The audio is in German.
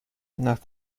nach